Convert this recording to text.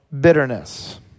bitterness